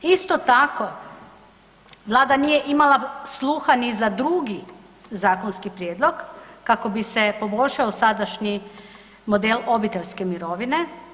Isto tako, Vlada nije imala sluha ni za drugi zakonski prijedlog, kako bi se poboljšao sadašnji model obiteljske mirovine.